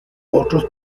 otros